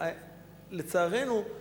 לצערנו,